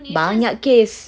banyak case